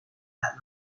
night